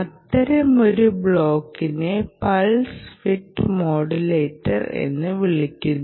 അത്തരമൊരു ബ്ലോക്കിനെ pulse width modulator എന്ന് വിളിക്കുന്നു